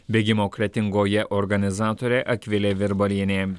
bėgimo kretingoje organizatorė akvilė virbalienė